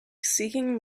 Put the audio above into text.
seeking